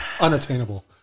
unattainable